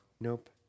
Nope